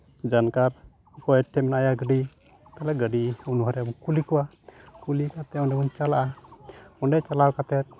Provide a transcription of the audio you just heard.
ᱡᱟᱱᱠᱟᱨ ᱚᱠᱚᱭ ᱴᱷᱮᱡ ᱢᱮᱱᱟᱜᱼᱟ ᱜᱟᱹᱰᱤ ᱛᱟᱞᱚᱦᱮ ᱜᱟᱹᱰᱤ ᱩᱱ ᱦᱚᱲᱮᱢ ᱠᱩᱞᱤ ᱠᱚᱣᱟ ᱠᱩᱞᱤ ᱠᱟᱛᱮ ᱚᱸᱰᱮ ᱵᱚᱱ ᱪᱟᱞᱟᱜᱼᱟ ᱚᱸᱰᱮ ᱪᱟᱞᱟᱣ ᱠᱟᱛᱮ